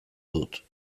dut